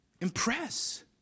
impress